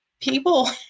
people